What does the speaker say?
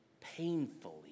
painfully